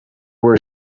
were